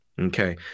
Okay